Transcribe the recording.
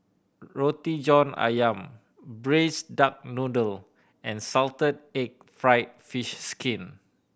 Roti John Ayam Braised Duck Noodle and salted egg fried fish skin